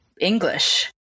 english